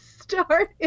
started